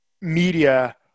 media